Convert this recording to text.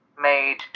made